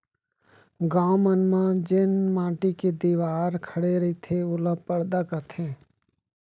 गॉंव मन म जेन माटी के दिवार खड़े रईथे ओला परदा कथें